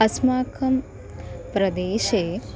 अस्माकं प्रदेशे